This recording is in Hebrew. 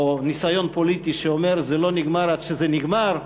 או ניסיון פוליטי שאומר: זה לא נגמר עד שזה נגמר,